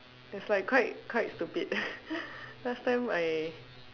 that's like quite quite stupid last time I